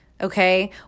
okay